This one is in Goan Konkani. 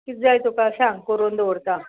कितें जाय तुका सांग करून दवरता